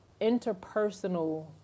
interpersonal